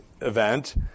event